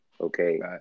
Okay